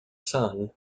son